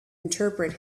interpret